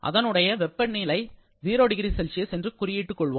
அதனுடைய வெப்பநிலை 0 0C என்று குறியீட்டுக் கொள்வோம்